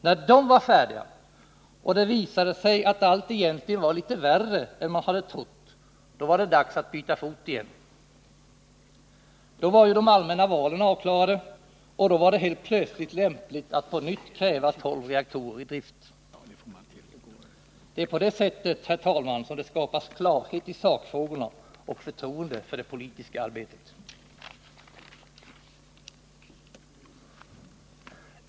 När de var färdiga och visade att allt egentligen var lite värre än man hade trott, var det dags att byta fot igen. Då var ju de allmänna valen avklarade och då var det helt plötsligt lämpligt att på nytt kräva tolv reaktorer i drift. Det är på det sättet, herr talman, det skapas klarhet i sakfrågorna och förtroende för det politiska arbetet.